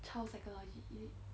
child psychology is it